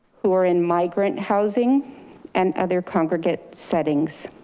who are in migrant housing and other congregate settings,